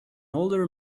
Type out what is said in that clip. older